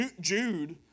Jude